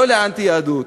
לא לאנטי-יהדות,